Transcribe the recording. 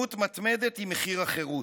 ערנות מתמדת היא מחיר החירות.